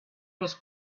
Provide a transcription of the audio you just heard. was